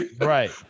Right